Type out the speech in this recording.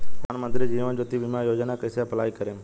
प्रधानमंत्री जीवन ज्योति बीमा योजना कैसे अप्लाई करेम?